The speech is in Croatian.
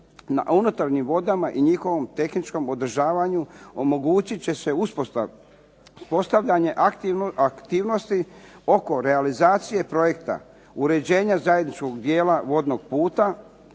na unutarnjim vodama, o njihovom tehničkom održavanju omogućit će se uspostavljanje aktivnosti oko realizacije projekta uređenja zajedničkog dijela vodnog puta